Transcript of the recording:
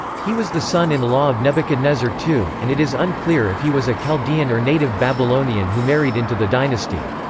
he was the son in law of nebuchadnezzar ii, and it is unclear if he was a chaldean or native babylonian who married into the dynasty.